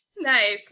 Nice